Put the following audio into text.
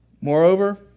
Moreover